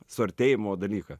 suartėjimo dalyką